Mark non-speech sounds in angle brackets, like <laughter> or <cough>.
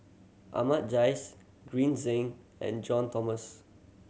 Ahmad Jais Green Zeng and John <unintelligible>